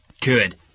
Good